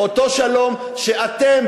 אותו שלום שאתם,